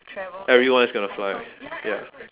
everyone is gonna fly ya